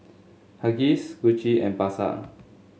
Huggies Gucci and Pasar